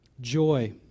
joy